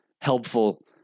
helpful